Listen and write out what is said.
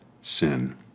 sin